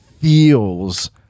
feels